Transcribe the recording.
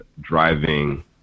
driving